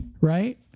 right